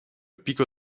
pico